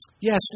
Yes